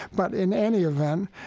but in any event,